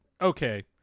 okay